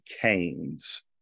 canes